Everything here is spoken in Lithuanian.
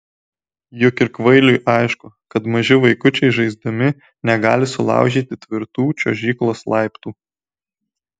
juk ir kvailiui aišku kad maži vaikučiai žaisdami negali sulaužyti tvirtų čiuožyklos laiptų